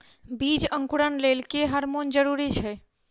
बीज अंकुरण लेल केँ हार्मोन जरूरी छै?